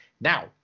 Now